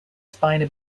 spina